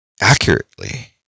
accurately